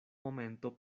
momento